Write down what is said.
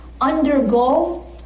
undergo